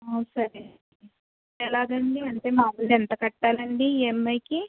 సరే అండి ఎలాగండి అంటే మాములుగా ఎంత కట్టాలండి ఈఎంఐకి